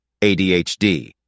ADHD